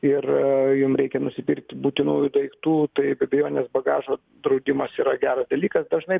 ir jum reikia nusipirkti būtinųjų daiktų tai be abejonės bagažo draudimas yra geras dalykas dažnai